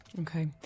Okay